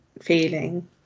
feeling